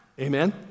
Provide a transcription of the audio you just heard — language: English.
amen